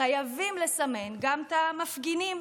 חייבים לסמן גם את המפגינים.